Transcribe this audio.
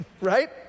right